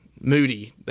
Moody